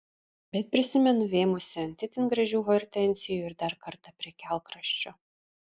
bet prisimenu vėmusi ant itin gražių hortenzijų ir dar kartą prie kelkraščio